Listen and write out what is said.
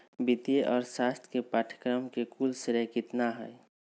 वित्तीय अर्थशास्त्र के पाठ्यक्रम के कुल श्रेय कितना हई?